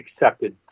accepted